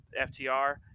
FTR